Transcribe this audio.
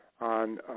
on